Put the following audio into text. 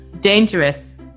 Dangerous